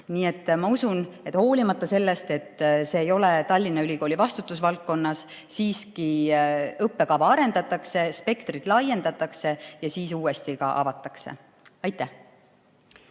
Nii et ma usun, et hoolimata sellest, et see ei ole Tallinna Ülikooli vastutusvaldkonnas, siiski seda õppekava arendatakse, spektrit laiendatakse ja siis uuesti ka avatakse. Aitäh!